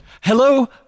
Hello